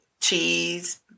cheese